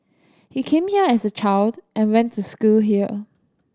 he came here as a child and went to school here